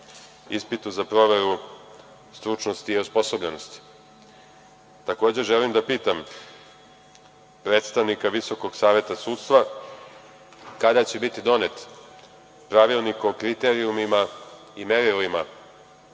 ispitu za proveru stručnosti i osposobljenosti? Takođe želim da pitam, predstavnika Visokog saveta sudstva kada će biti donet pravilnik o kriterijumima i merilima